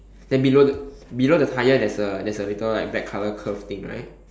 then below the below the tyre there's a there's a little right black colour curve thing right